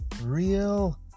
real